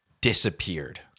disappeared